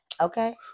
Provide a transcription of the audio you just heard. Okay